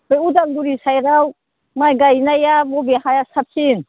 उदालगुरि साइडआव माइ गायनाया बबे हाया साबसिन